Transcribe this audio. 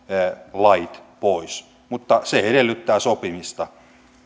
lait pois mutta se edellyttää sopimista